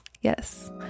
yes